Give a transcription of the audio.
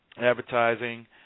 advertising